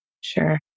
Sure